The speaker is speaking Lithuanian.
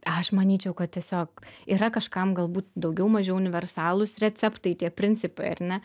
aš manyčiau kad tiesiog yra kažkam galbūt daugiau mažiau universalūs receptai tie principai ar ne